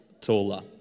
taller